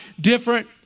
different